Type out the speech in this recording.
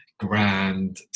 Grand